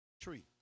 tree